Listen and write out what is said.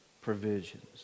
provisions